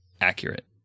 accurate